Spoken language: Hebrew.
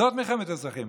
זאת מלחמת אזרחים.